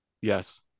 yes